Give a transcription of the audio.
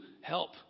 help